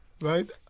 right